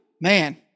man